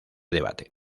debate